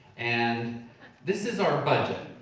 and this is our budget.